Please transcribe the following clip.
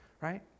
right